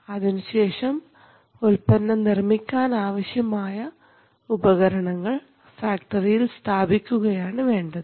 അതിനുശേഷം ഉൽപ്പന്നം നിർമ്മിക്കാനാവശ്യമായ ഉപകരണങ്ങൾ ഫാക്ടറിയിൽ സ്ഥാപിക്കുകയാണ് വേണ്ടത്